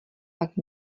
pak